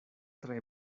tre